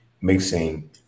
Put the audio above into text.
mixing